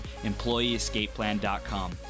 EmployeeEscapePlan.com